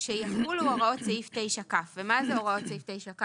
שיחולו הוראות סעיף 9כ. מה זה הוראות סעיף 9כ